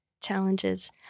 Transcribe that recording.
Challenges